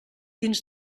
dins